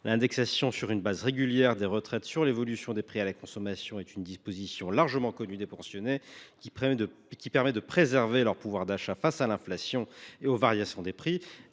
L’indexation, sur une base régulière, des retraites sur l’évolution des prix à la consommation est une disposition largement connue des pensionnés, qui permet de préserver leur pouvoir d’achat face à l’inflation et aux variations des prix.